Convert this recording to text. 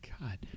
God